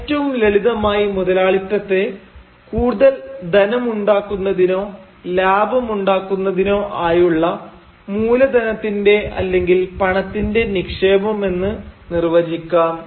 ഏറ്റവും ലളിതമായി മുതലാളിത്തത്തെ കൂടുതൽ ധനമുണ്ടാക്കുന്നതിനോ ലാഭമുണ്ടാക്കുന്നതിനോ ആയുള്ള മൂലധനത്തിന്റെ അല്ലെങ്കിൽ പണത്തിൻറെ നിക്ഷേപം എന്ന് നിർവചിക്കാം